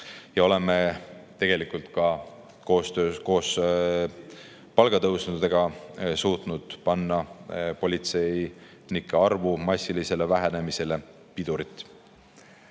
Oleme tegelikult ka tänu palgatõusudele suutnud panna politseinike arvu massilisele vähenemisele piduri.